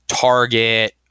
Target